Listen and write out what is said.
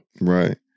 right